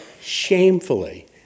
shamefully